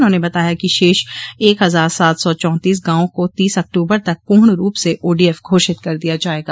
उन्होंने बताया कि शेष एक हजार सात सौ चौंतोस गांव को तीस अक्टूबर तक पूर्ण रूप से ओडीएफ घोषित कर दिया जायेगा